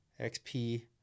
XP